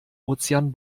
ozean